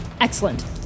excellent